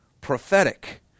prophetic